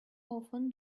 often